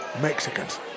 Mexicans